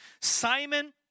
Simon